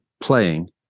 playing